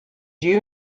you